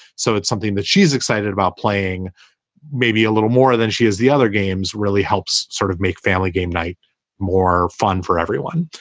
so it's something that she's excited about playing maybe a little more than she is. the other games really helps sort of make family game night more fun for everyone.